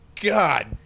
God